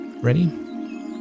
ready